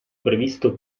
previsto